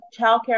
childcare